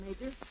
Major